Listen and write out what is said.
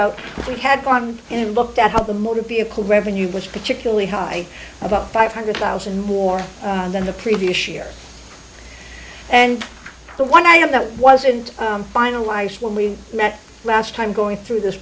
so we had gone in and looked at how the motor vehicle revenue which particularly high about five hundred thousand more than the previous year and the one i have that wasn't finalized when we met last time going through this